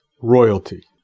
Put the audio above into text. royalty